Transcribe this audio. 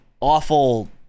awful